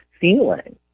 feeling